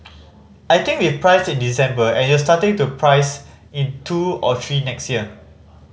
I think we've priced in December and you're starting to price in two or three next year